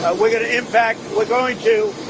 ah we are going to impact we are going to,